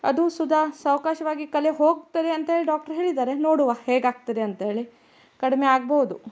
ಅದು ಸುದಾ ಸಾವಕಾಶವಾಗಿ ಕಲೆ ಹೋಗ್ತದೆ ಅಂತೇಳಿ ಡಾಕ್ಟ್ರ್ ಹೇಳಿದ್ದಾರೆ ನೋಡುವ ಹೇಗಾಗ್ತದೆ ಅಂತೇಳಿ ಕಡಿಮೆ ಆಗ್ಬೋದು